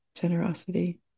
generosity